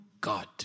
God